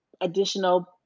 additional